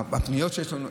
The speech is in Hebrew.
הפניות שיש לנו,